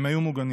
הם היו מוגנים.